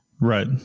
Right